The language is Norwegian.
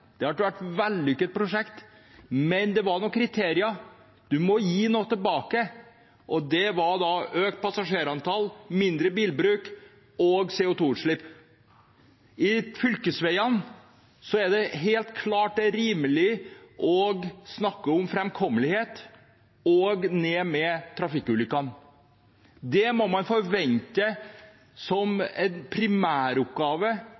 Det har vært et vellykket prosjekt, men det var noen kriterier. Man måtte gi noe tilbake, og det var økt passasjerantall og mindre bilbruk og CO 2 -utslipp. Når det gjelder fylkesveiene, er det helt klart at det er rimelig å snakke om framkommelighet og å få ned antall trafikkulykker. Det må man forvente